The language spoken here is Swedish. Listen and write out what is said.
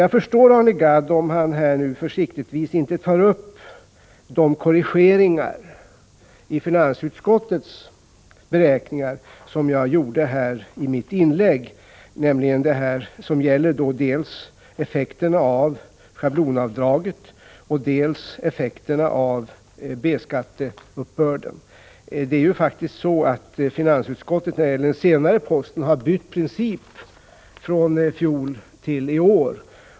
Jag förstår Arne Gadd om han försiktigtvis inte tar upp de korrigeringar av finansutskottets beräkningar som jag gjorde i mitt inlägg — nämligen dels vad gäller effekterna av schablonavdraget, dels vad gäller effekterna av B skatteuppbörden. När det gäller den senare posten har finansutskottet bytt princip från i fjol till i år.